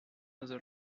other